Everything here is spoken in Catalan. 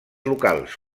locals